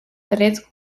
tres